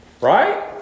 Right